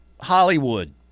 Hollywood